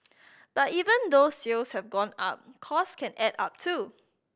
but even though sales have gone up cost can add up too